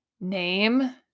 name